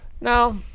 No